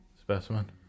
specimen